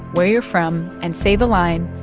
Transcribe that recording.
where you're from and say the line,